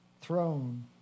throne